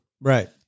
Right